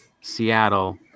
Seattle